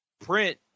Print